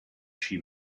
she